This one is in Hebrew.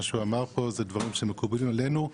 הדברים שהוא אמר כאן מקובלים עלינו.